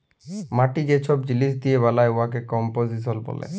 মাটি যে ছব জিলিস দিঁয়ে বালাল উয়াকে কম্পসিশল ব্যলে